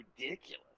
ridiculous